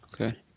Okay